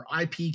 IP